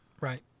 right